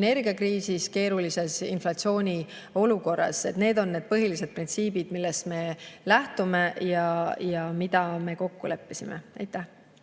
energiakriisis, keerulises inflatsiooni olukorras. Need on need põhilised printsiibid, millest me lähtume ja milles me kokku leppisime.